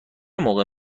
موقع